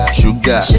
sugar